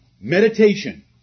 Meditation